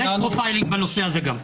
יש גם פרופיילינג גם בנושא הזה.